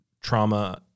trauma